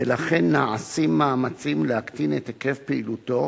ולכן נעשים מאמצים להקטין את היקף פעילותו